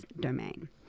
domain